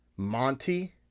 Monty